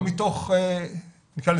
לא מתוך סדיזם,